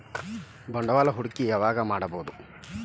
ಬಂಡವಾಳ ಹೂಡಕಿ ಯಾವಾಗ್ ಮಾಡ್ಬಹುದು?